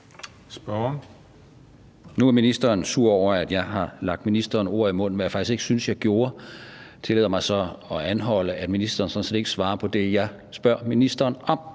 (V): Nu var ministeren sur over, at jeg har lagt ministeren ord i munden, hvad jeg faktisk ikke synes jeg gjorde. Nu tillader jeg mig så at anholde, at ministeren sådan set ikke svarer på det, jeg spørger ministeren om.